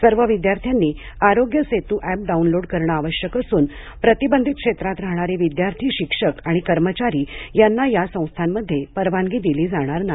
सर्व विद्यार्थ्यांनी Aarogya Setu app download करणे आवश्यक असून प्रतिबंधित क्षेत्रात राहणारे विद्यार्थी शिक्षक आणि कर्मचारी यांना या संस्थांमध्ये परवानगी दिली जाणार नाही